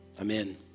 Amen